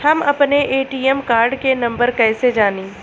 हम अपने ATM card के नंबर कइसे जानी?